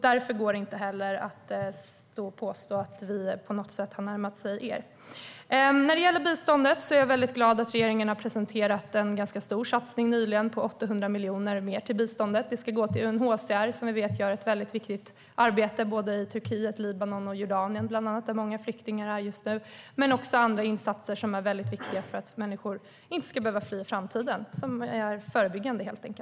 Därför går det inte heller stå och påstå att vi på något sätt har närmat oss er. När det gäller biståndet är jag väldigt glad att regeringen nyligen har presenterat en ganska stor satsning på 800 miljoner mer till biståndet. Det ska gå till UNHCR som vi vet gör ett väldigt viktigt arbete bland annat i Turkiet, Libanon och Jordanien där många flyktingar är just nu men också andra insatser som är väldigt viktiga för att människor inte ska behöva fly i framtiden. Det är helt enkelt förebyggande.